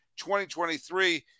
2023